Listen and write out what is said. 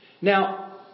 Now